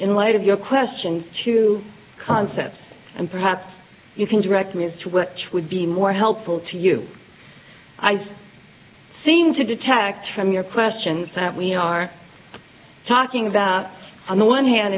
in light of your questions to concepts and perhaps you can direct me as to which would be more helpful to you i seem to detect from your question that we are talking about on the one hand